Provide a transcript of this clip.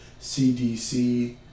CDC